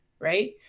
Right